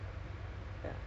ya